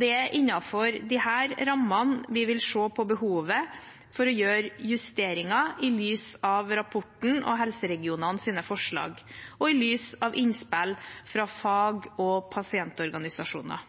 Det er innenfor disse rammene vi vil se på behovet for å gjøre justeringer i lys av rapportens og helseregionenes forslag, og i lys av innspillene fra fag- og pasientorganisasjoner.